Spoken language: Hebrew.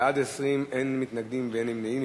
בעד, 20, אין מתנגדים ואין נמנעים.